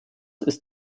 ist